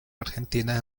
argentina